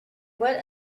what